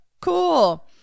Cool